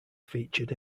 featured